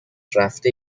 رفته